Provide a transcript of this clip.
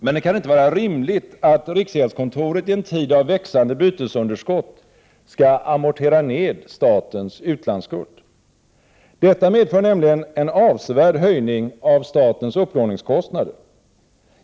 Men det kan inte vara rimligt att riksgäldskontoret i en tid av växande bytesunderskott skall amortera ned statens utlandsskuld. Detta medför nämligen en avsevärd höjning av statens upplåningskostnader.